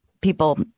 people